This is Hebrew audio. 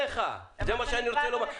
זה מה שאני רוצה לומר.